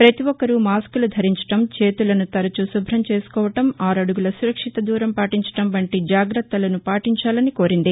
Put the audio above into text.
ప్రతి ఒక్కరూ మాస్కులు ధరించడం చేతులను తరచూ శుభ్రం చేసుకోవడం ఆరడుగుల సురక్షిత దూరం పాటించడం వంటి జాగ్రత్తలను పాటించాలని కోరింది